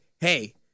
hey –